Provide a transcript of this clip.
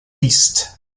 east